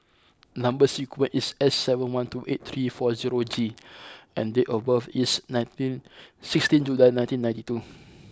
number sequence is S seven one two eight three four zero G and date of birth is nineteen sixteenth July nineteen ninety two